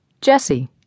Jesse